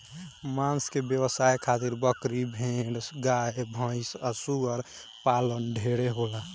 मांस के व्यवसाय खातिर बकरी, भेड़, गाय भैस आ सूअर पालन ढेरे होला